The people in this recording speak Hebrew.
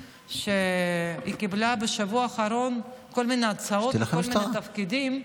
שהיא קיבלה בשבוע האחרון כל מיני הצעות לכל מיני תפקידים,